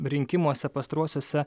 rinkimuose pastaruosiuose